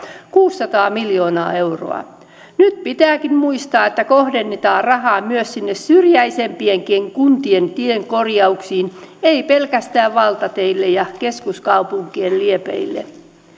kuusisataa miljoonaa euroa vuosina kaksituhattakuusitoista viiva kaksituhattakahdeksantoista nyt pitääkin muistaa että kohdennetaan rahaa myös sinne syrjäisempienkin kuntien teiden korjauksiin ei pelkästään valtateille ja keskuskaupunkien liepeille